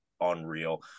unreal